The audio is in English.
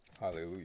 Hallelujah